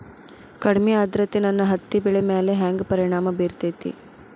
ಕಡಮಿ ಆದ್ರತೆ ನನ್ನ ಹತ್ತಿ ಬೆಳಿ ಮ್ಯಾಲ್ ಹೆಂಗ್ ಪರಿಣಾಮ ಬಿರತೇತಿ?